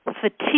fatigue